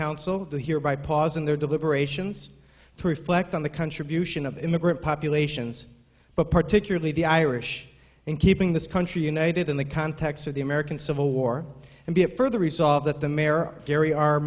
council of the hereby pause in their deliberations to reflect on the contribution of immigrant populations but particularly the irish in keeping this country united in the context of the american civil war and be it further resolved that the mayor or gary are